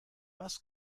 was